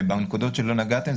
לגבי הנקודות שלא נגעתם בהן,